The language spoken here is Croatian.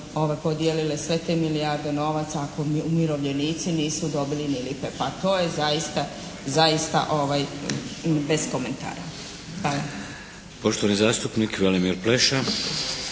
podijelile sve te milijarde novaca ako umirovljenici nisu dobili ni lipe. Pa to je zaista bez komentara. Hvala. **Šeks, Vladimir